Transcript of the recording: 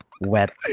wet